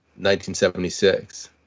1976